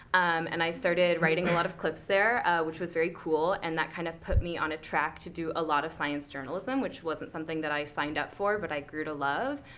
um and i started writing a lot of clips there, which was very cool, and that kind of put me on a track to do a lot of science journalism, which wasn't something that i signed up for but i grew to love.